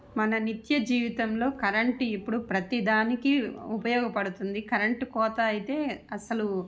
మన నిత్య జీవితంలో కరెంటు ఇప్పుడు ప్రతీదానికి ఉపయోగపడుతుంది కరెంటు కోత అయితే అసలు